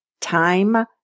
Time